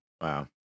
Wow